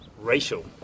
racial